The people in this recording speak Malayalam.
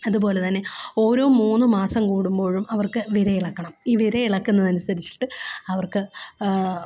അതുപോലെ തന്നെ ഓരോ മൂന്ന് മാസം കൂടുമ്പോഴും അവർക്ക് വിരയിളക്കണം ഈ വിരയിളക്കുന്നതിന്നതനുസരിച്ചിട്ട് അവർക്ക്